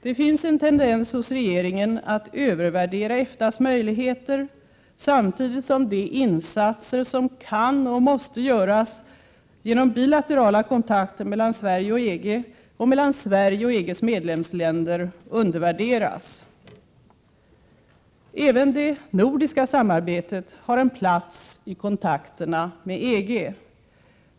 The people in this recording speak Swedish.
Det finns en tendens hos regeringen att övervärdera EFTA:s möjligheter, samtidigt som insatser som kan och måste göras genom bilaterala kontakter mellan Sverige och EG och mellan Sverige och EG:s medlemsländer undervärderas. Även det nordiska samarbetet har en plats i kontakterna med EG.